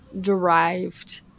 derived